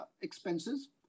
expenses